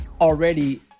already